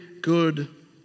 good